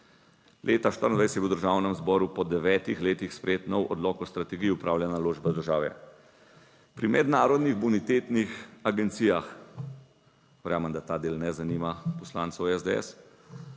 Leta 2024 je bil v državnem zboru po devetih letih sprejet nov odlok o strategiji upravljanja naložb države. Pri mednarodnih bonitetnih agencijah, verjamem, da ta del ne zanima poslancev SDS,